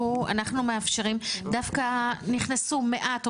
אנחנו מאפשרים, דווקא נכנסו מעט בשוליים,